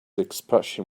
expression